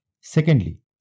Secondly